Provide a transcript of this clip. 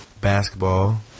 basketball